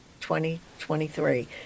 2023